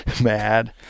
mad